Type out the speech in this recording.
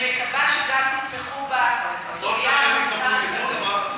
אני מקווה שתתמכו גם בסוגיה ההומניטרית הזאת.